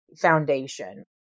foundation